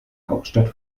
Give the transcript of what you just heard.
hauptstadt